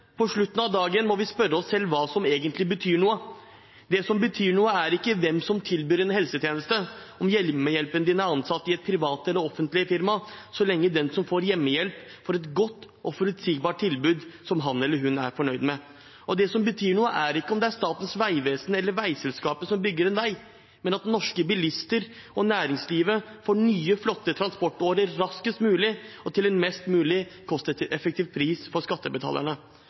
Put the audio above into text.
spørre oss selv hva som egentlig betyr noe. Det som betyr noe, er ikke hvem som tilbyr en helsetjeneste, om hjemmehjelpen er ansatt i et privat eller i et offentlig firma, så lenge den som får hjemmehjelp, får et godt og forutsigbart tilbud som han/hun er fornøyd med. Det som betyr noe, er ikke om det er Statens vegvesen eller veiselskapet som bygger en vei, men at norske bilister og næringslivet får nye, flotte transportårer raskest mulig og til en mest mulig kosteffektiv pris for skattebetalerne.